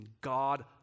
God